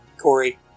Corey